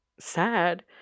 sad